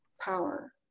power